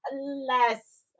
less